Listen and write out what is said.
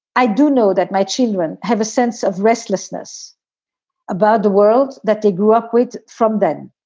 i do know that my children have a sense of restlessness about the world that they grew up with from then.